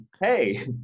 hey